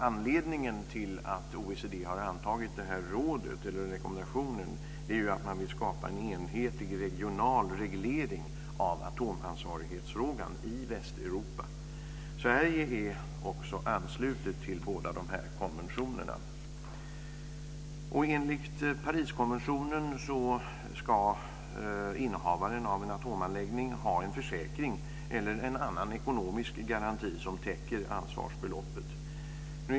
Anledningen till att OECD har antagit rekommendationen är att man vill skapa en enhetlig regional reglering av atomansvarighetsfrågan i Västeuropa. Sverige är också anslutet till båda konventionerna. Enligt Pariskonventionen ska innehavaren av en atomanläggning ha en försäkring eller en annan ekonomisk garanti som täcker ansvarsbeloppet.